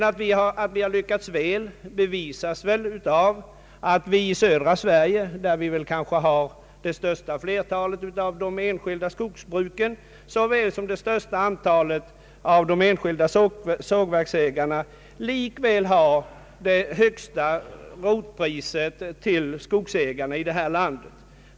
Att man ändå har lyckats bra bevisas väl av att södra Sverige, som har det största antalet enskilda skogsbruk såväl som det största antalet enskilda sågverksägare, likväl har det högsta rotpriset till skogsägarna i detta land.